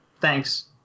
Thanks